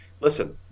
listen